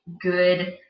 good